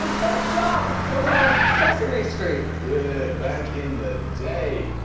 first job was on sesame street. yeah, back in the day.